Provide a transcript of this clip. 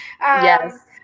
Yes